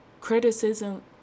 Criticism